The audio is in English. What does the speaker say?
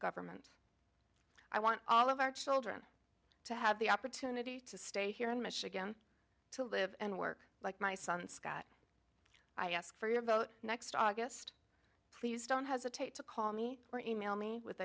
government i want all of our children to have the opportunity to stay here in michigan to live and work like my son and scott i ask for your vote next august please don't hesitate to call me or email me with